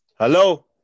Hello